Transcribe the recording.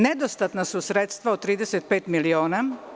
Nedostatna su sredstva od 35 miliona.